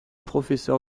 professeur